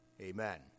Amen